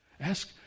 Ask